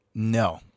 No